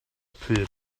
pryd